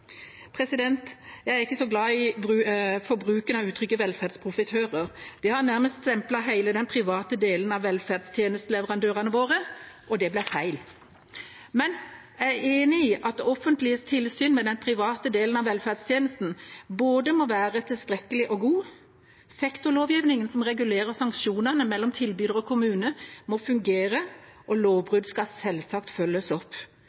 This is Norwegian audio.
Jeg er ikke så glad i bruken av ordet «velferdsprofitører». Det har nærmest stemplet hele den private delen av velferdstjenesteleverandørene våre, og det blir feil. Men jeg er enig i at det offentliges tilsyn med den private delen av velferdstjenesten må være både tilstrekkelig og god. Sektorlovgivningen som regulerer sanksjonene mellom tilbyder og kommune, må fungere, og lovbrudd skal selvsagt følges opp.